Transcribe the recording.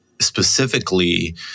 specifically